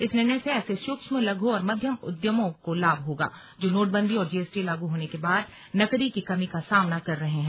इस निर्णय से ऐसे सुक्ष्म लघु और मध्यम उद्यमों को लाभ होगा जो नोटबंदी और जीएसटी लागू होने के बाद नकदी की कमी का सामना कर रहे हैं